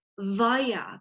via